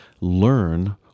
learn